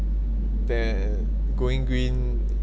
that going green